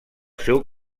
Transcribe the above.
seu